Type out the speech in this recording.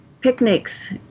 picnics